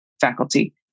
faculty